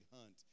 hunt